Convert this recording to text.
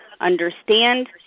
understand